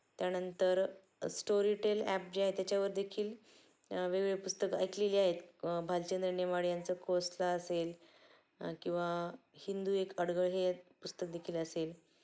त्यानंतर Storytel app जे आहे त्याच्यावरदेखील वेगवेगळे पुस्तकं ऐकलेली आहेत भालचंद्र नेमाड्यांचं कोसला असेल किंवा हिंदू एक अडगळ हे पुस्तक देखील असेल